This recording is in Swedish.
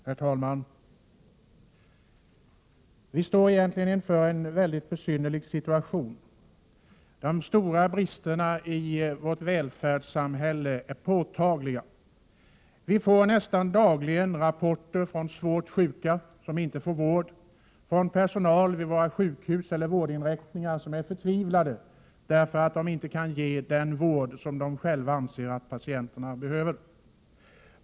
Herr talman! Vi står egentligen inför en väldigt besynnerlig situation. De stora bristerna i vårt välfärdssamhälle är påtagliga. Nästan dagligen får vi rapporter från svårt sjuka som inte får vård, från personal vid våra sjukhus eller vårdinrättningar som är förtvivlade över att de inte kan ge den vård de anser att patienterna behöver.